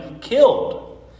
killed